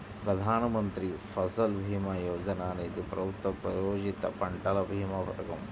ప్రధాన్ మంత్రి ఫసల్ భీమా యోజన అనేది ప్రభుత్వ ప్రాయోజిత పంటల భీమా పథకం